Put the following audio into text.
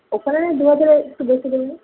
ওখানে দুহাজারের একটু বেশি দেবেন